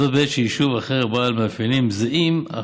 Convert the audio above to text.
זאת בעת שיישוב אחר בעל מאפיינים זהים אך